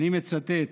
ואני מצטט: